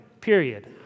period